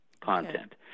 content